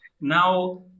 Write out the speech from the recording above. Now